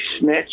snitch